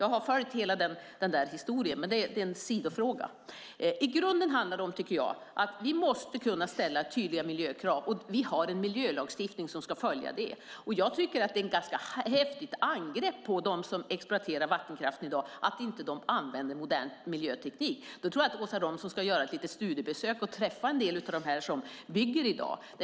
Jag har följt hela den historien, men det är en sidofråga. I grunden handlar det om att vi måste kunna ställa tydliga miljökrav. Vi har en miljölagstiftning som ska följas. Jag tycker att det är ett ganska häftigt angrepp på dem som exploaterar vattenkraft i dag att säga att de inte använder modern miljöteknik. Jag tycker att Åsa Romson ska göra lite studiebesök och träffa en del av dem som bygger i dag.